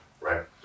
right